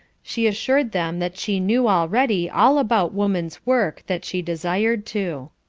she assured them that she knew already all about woman's work that she desired to.